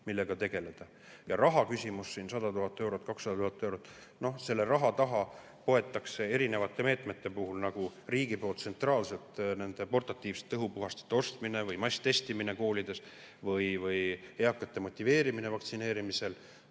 millega tegeleda. Ja rahaküsimus, 100 000 eurot, 200 000 eurot. Raha taha poetakse erinevate meetmete puhul, nagu riigi poolt tsentraalselt portatiivsete õhupuhastite ostmine, masstestimine koolides või eakate motiveerimine vaktsineerima.